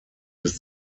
des